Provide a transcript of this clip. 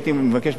הייתי מבקש,